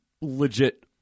legit